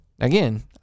again